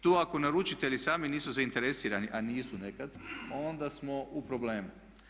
Tu ako naručitelji sami nisu zainteresirani a nisu nekada onda smo u problemu.